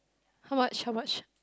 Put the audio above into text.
how much how much